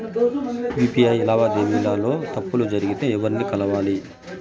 UPI లావాదేవీల లో తప్పులు జరిగితే ఎవర్ని కలవాలి?